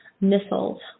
missiles